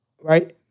right